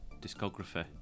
discography